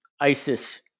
ISIS